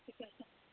سُہ گژھِ آسُن سورُے